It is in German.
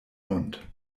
hund